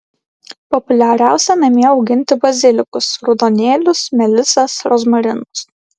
populiariausia namie auginti bazilikus raudonėlius melisas rozmarinus